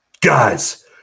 guys